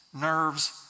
nerves